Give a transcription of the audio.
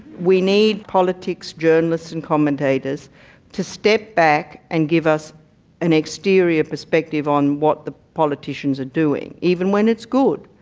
we need politics journalists and commentators to step back and give us an exterior perspective on what the politicians are doing, even when it's good,